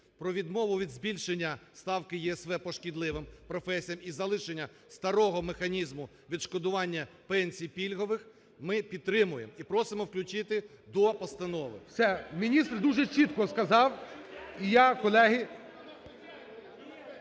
про відмову від збільшення ставки ЄСВ по шкідливим професіям і залишення старого механізму відшкодування пенсій пільгових ми підтримуємо і просимо включити до постанови. ГОЛОВУЮЧИЙ. Все, міністр дуже чітко сказав. І я, колеги…